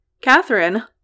Catherine